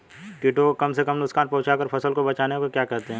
कीटों को कम से कम नुकसान पहुंचा कर फसल को बचाने को क्या कहते हैं?